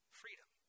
freedom